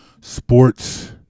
Sports